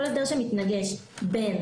כל הסדר שמתנגש בין